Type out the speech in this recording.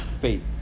faith